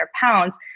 pounds